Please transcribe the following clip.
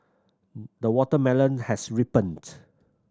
the watermelon has ripened